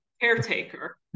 caretaker